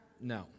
no